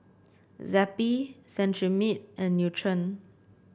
Zappy Cetrimide and Nutren